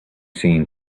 seen